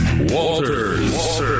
Walters